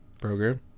program